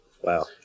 wow